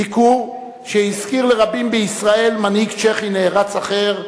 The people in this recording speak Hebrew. ביקור שהזכיר לרבים בישראל מנהיג צ'כי נערץ אחר,